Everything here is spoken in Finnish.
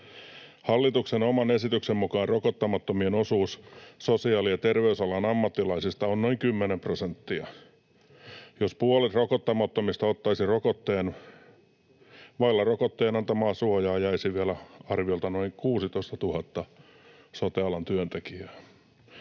Hallituksen oman esityksen mukaan rokottamattomien osuus sosiaali- ja terveysalan ammattilaisista on noin 10 prosenttia. Jos puolet rokottamattomista ottaisi rokotteen, vaille rokotteen antamaa suojaa jäisi arviolta vielä noin 16 000 sote-alan työntekijää.